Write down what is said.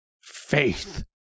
faith